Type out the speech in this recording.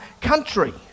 country